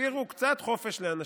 תשאירו קצת חופש לאנשים.